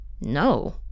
No